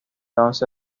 once